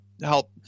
help